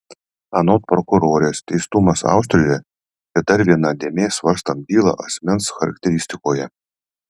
anot prokurorės teistumas austrijoje tai dar viena dėmė svarstant bylą asmens charakteristikoje